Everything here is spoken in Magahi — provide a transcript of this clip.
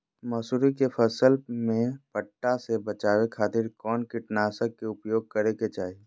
मसूरी के फसल में पट्टा से बचावे खातिर कौन कीटनाशक के उपयोग करे के चाही?